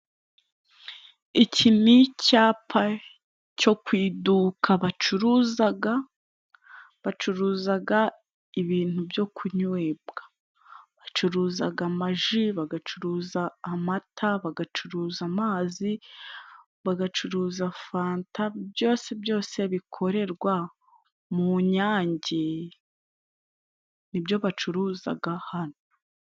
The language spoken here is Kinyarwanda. Iki ni cyapa cyo ku iduka bacuruzaga, bacuruzaga ibintu byo kunywebwa. Bacuruzaga amaji, bagacuruza amata bagacuruza amazi, bagacuruza fanta byose byose bikorerwa mu nyange, nibyo bacuruzaga hano.